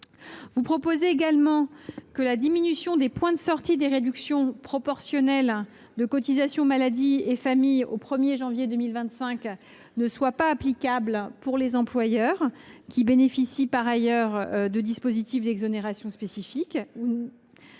Vous proposez également que la diminution des points de sortie des réductions proportionnelles de cotisations maladie et famille au 1 janvier 2025 ne soit pas applicable aux employeurs qui bénéficient par ailleurs de dispositifs d’exonération spécifique.